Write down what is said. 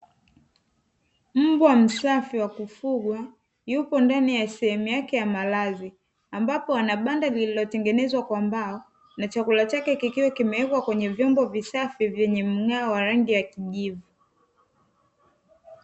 Mbwa msafi wa kufugwa yupo ndani ya sehemu yake ya malazi, ambapo ana banda lililotengenezwa na mbao na chakula chake kimewekwa kwenye vyombo visafi vyenye mng’ao wa rangi ya kijivu.